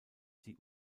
die